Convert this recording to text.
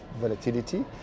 volatility